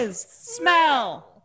smell